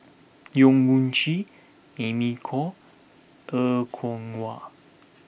Yong Mun Chee Amy Khor Er Kwong Wah